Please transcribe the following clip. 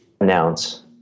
announce